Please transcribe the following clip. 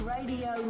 Radio